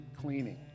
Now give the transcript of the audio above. cleaning